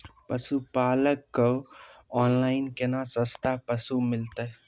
पशुपालक कऽ ऑनलाइन केना सस्ता पसु मिलतै?